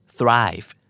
Thrive